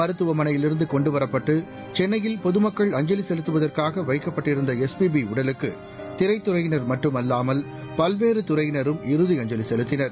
மருத்துவமனையிலிருந்து கொண்டு வரப்பட்டு சென்னையில் பொதுமக்கள் அஞ்சலி செலுத்துவதற்காக வைக்கப்பட்டிருந்த எஸ்பியி உடலுக்கு திரைத்துறையினர் மட்டுமல்லாமல் பல்வேறு துறையினரும் பொதுமக்களும் இறுதி அஞ்சலி செலுத்தினர்